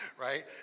right